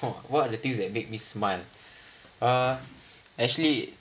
!wah! what are the things that make me smile uh actually